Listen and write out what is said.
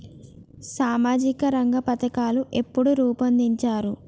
సామాజిక రంగ పథకాలు ఎప్పుడు రూపొందించారు?